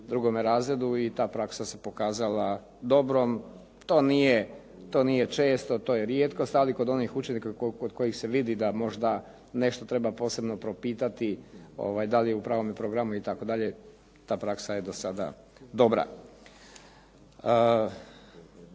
drugome razred i ta praksa se pokazala dobrom. To nije često, to je rijetkost, ali kod onih učenika kod kojih se vidi da možda nešto treba posebno propitati da li je u pravome programu itd., ta praksa je do sada dobra.